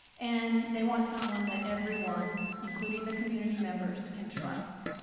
and they want someone that everyone, including the community members can trust.